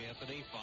Anthony